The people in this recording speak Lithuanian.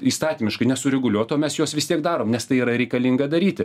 įstatymiškai nesureguliuota o mes juos vis tiek darom nes tai yra reikalinga daryti